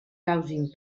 causin